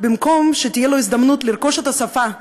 במקום שתהיה לו הזדמנות לרכוש את השפה,